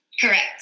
Correct